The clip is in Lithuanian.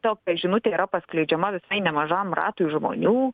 tokia žinutė yra paskleidžiama visai nemažam ratui žmonių